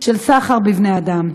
של סחר בבני-אדם.